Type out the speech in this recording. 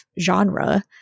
genre